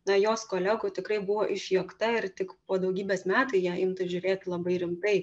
na jos kolegų tikrai buvo išjuokta ir tik po daugybės metų į ją imta žiūrėt labai rimtai